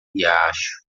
riacho